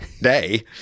day